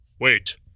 Wait